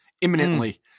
imminently